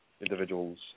individuals